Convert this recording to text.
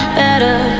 better